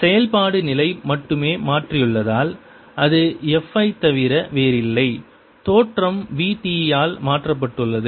செயல்பாடு நிலையை மட்டுமே மாற்றியுள்ளதால் அது f ஐத் தவிர வேறில்லை தோற்றம் v t ஆல் மாற்றப்பட்டுள்ளது